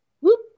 whoop